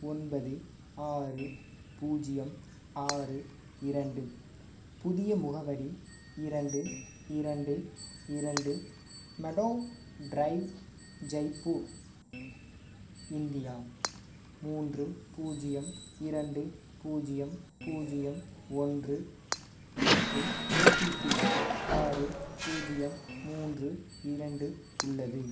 ஒன்பது ஆறு பூஜ்ஜியம் ஆறு இரண்டு புதிய முகவரி இரண்டு இரண்டு இரண்டு மெடோவ் ட்ரைவ் ஜெய்ப்பூர் இந்தியா மூன்று பூஜ்ஜியம் இரண்டு பூஜ்ஜியம் பூஜ்ஜியம் ஒன்று மற்றும் ஓடிபி ஆறு பூஜ்ஜியம் மூன்று இரண்டு உள்ளது